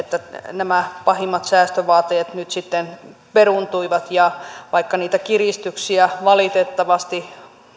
nämä pahimmat säästövaateet nyt sitten peruuntuivat ja vaikka niitä kiristyksiä valitettavasti